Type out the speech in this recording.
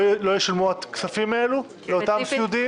לא ישולמו הכספים האלה לאותם צדדים?